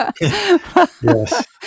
Yes